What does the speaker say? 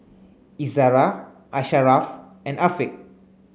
Izzara Asharaff and Afiq